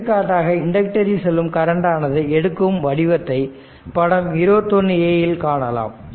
எடுத்துக்காட்டாக இண்டக்ரில் செல்லும் கரண்ட் ஆனது எடுக்கும் வடிவத்தை படம் 21 a இல் காணலாம்